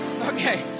Okay